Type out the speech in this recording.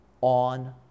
on